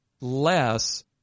less